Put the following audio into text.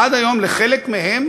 עד היום לחלק מהם